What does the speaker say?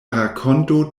rakonto